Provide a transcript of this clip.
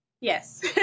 Yes